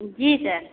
जी sir